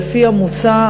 לפי המוצע,